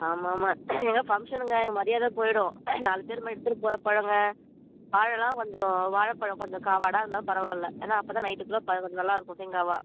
ஆமாம் ஆமாம் ஏங்க ஃபங்க்ஷனுங்க எங்கள் மரியாதையே போய்டும் நாலு பேர் முன்னாடி எடுத்துகிட்டு போகிற பழங்கள் வாழைலாம் கொஞ்சம் வாழைப்பழம் கொஞ்சம் காவாடாக இருந்தாலும் பரவாயில்ல ஏன்னா அப்போ தான் நைட்டுக்குள்ளே பழம் கொஞ்சம் நல்லாயிருக்கும் செங்காயா